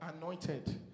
anointed